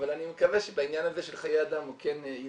אבל אני מקווה שבעניין הזה של חיי אדם הוא כן יתערב,